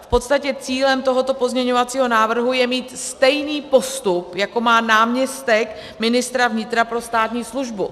V podstatě cílem tohoto pozměňovacího návrhu je mít stejný postup, jako má náměstek ministra vnitra pro státní službu.